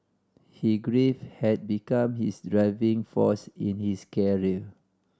he grief had become his driving force in his care